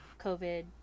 covid